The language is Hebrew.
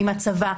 ממצבה,